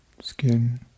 skin